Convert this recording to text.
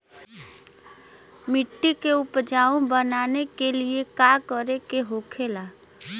मिट्टी के उपजाऊ बनाने के लिए का करके होखेला?